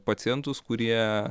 pacientus kurie